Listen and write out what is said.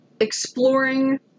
exploring